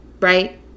right